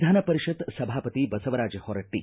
ವಿಧಾನ ಪರಿಷತ್ ಸಭಾಪತಿ ಬಸವರಾಜ ಹೊರಟ್ಟಿ